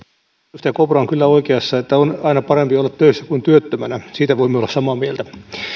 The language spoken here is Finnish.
edustaja kopra on kyllä oikeassa että on aina parempi olla töissä kuin työttömänä siitä voimme olla samaa mieltä